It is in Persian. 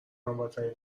هموطنی